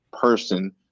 person